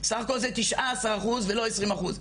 סה"כ זה 19 אחוז ולא 20 אחוז,